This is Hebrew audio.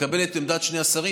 תקבל את עמדת שני השרים.